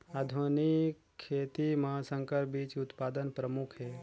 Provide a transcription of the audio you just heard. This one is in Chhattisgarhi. आधुनिक खेती म संकर बीज उत्पादन प्रमुख हे